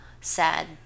sad